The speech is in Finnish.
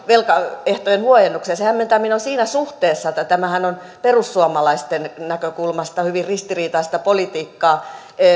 velkaehtojen huojennuksia se hämmentää minua siinä suhteessa että tämähän on perussuomalaisten näkökulmasta hyvin ristiriitaista politiikkaa